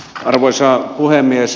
arvoisa puhemies